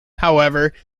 however